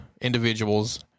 individuals